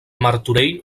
martorell